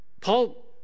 Paul